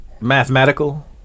Mathematical